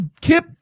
Kip